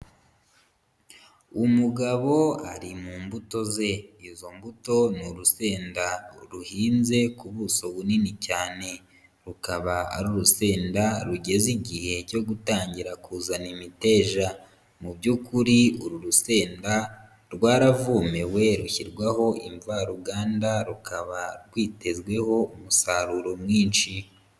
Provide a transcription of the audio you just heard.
Umugabo ari mu mbuto ze. Izo mbuto ni urusenda ruhinze ku buso bunini cyane. Rukaba ari urusenda rugeze igihe cyo gutangira kuzana imiteja. Mu by'ukuri uru rusenda rwaravomewe rushyirwaho imvaruganda rukaba rwitezweho umusaruro mwinshi.